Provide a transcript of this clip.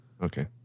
Okay